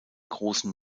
großen